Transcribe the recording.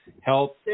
help